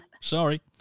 sorry